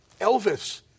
Elvis